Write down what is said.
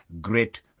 great